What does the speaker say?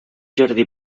jardí